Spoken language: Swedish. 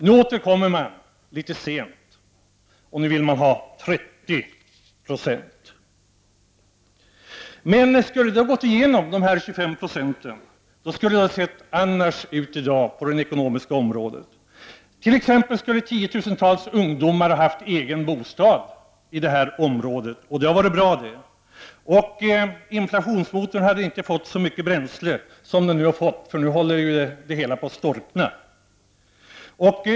Nu återkommer de litet sent, och nu vill de ha 30 9. Skulle förslaget med 25 96 ha gått igenom, skulle det ha sett annorlunda ut i dag på det ekonomiska området. Tiotusentals ungdomar skulle t.ex. ha haft egen bostad i det här området. Det hade varit bra. Inflationsmotorn skulle inte ha fått så mycket bränsle som den nu har fått. Nu håller det hela på att storkna.